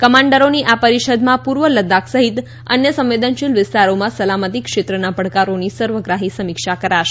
કમાન્ડરોની આ પરીષદમાં પૂર્વ લદ્દાખ સહિત અન્ય સંવેદનશીલ વિસ્તારોમાં સલામતી ક્ષેત્રના પડકારોની સર્વગ્રાહી સમિક્ષા કરાશે